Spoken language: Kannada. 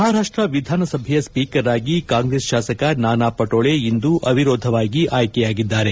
ಮಹಾರಾಪ್ಷ ವಿಧಾನಸಭೆಯ ಸ್ವೀಕರ್ ಆಗಿ ಕಾಂಗ್ರೆಸ್ ಶಾಸಕ ನಾನಾ ಪಟೋಳೆ ಇಂದು ಅವಿರೋಧವಾಗಿ ಆಯ್ಲೆಯಾಗಿದ್ದಾರೆ